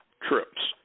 trips